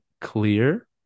clear